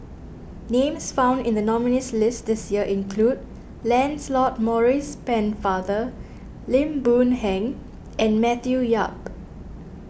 names found in the nominees' list this year include Lancelot Maurice Pennefather Lim Boon Heng and Matthew Yap